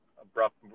abrupt